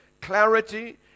clarity